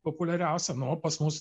populiariausia nu o pas mus